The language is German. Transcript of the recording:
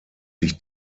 sich